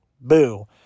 Boo